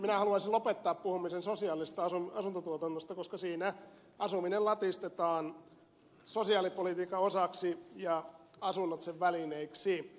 minä haluaisin lopettaa puhumisen sosiaalisesta asuntotuotannosta koska siinä asuminen latistetaan sosiaalipolitiikan osaksi ja asunnot sen välineeksi